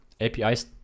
apis